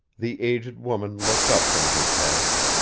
the aged woman looked up from her task,